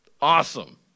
Awesome